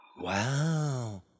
Wow